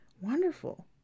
wonderful